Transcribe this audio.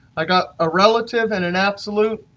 i got a relative and an absolute,